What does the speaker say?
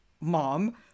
mom